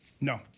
No